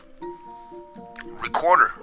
recorder